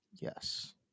Yes